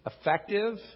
effective